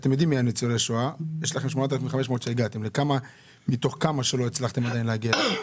זאת אומרת, לכמה עדיין לא הצלחתם להגיע?